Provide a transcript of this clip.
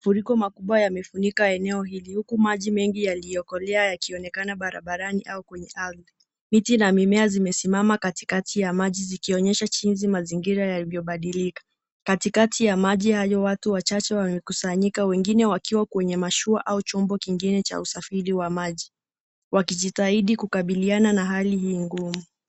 Mafuriko makubwa yamefunika eneo hili, huku maji mengi yaliyokolea yakionekana barabarani, au kwenye ardhi. Miti na mimea zimesimama katikati ya maji, zikionyesha jinsi mazingira yalivyobadilika. Katikati ya maji hayo, watu wachache wamekusanyika, wengine wakiwa kwenye mashua au chombo kingine cha usafiri wa maji, wakijitahidi kukabiliana na hali hii ngumu.